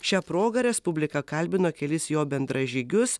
šia proga respublika kalbino kelis jo bendražygius